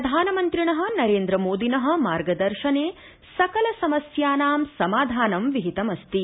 प्रधानमंत्रिण नरेन्द्र मोदिन मार्गदर्शने सकलसमस्यानां समाधानं विहितमस्ति